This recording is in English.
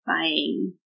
buying